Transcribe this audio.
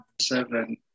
Seven